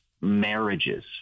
marriages